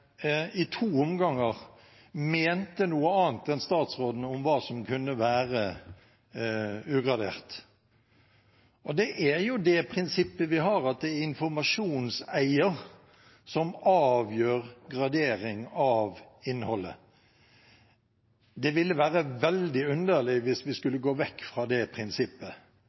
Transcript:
i to omganger mente noe annet enn statsråden om hva som kunne være ugradert. Det er det prinsippet vi har, at det er informasjonseier som avgjør gradering av innholdet. Det ville være veldig underlig hvis vi skulle gå vekk fra det prinsippet.